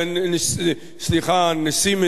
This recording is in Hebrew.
סליחה, נשיא המדינה,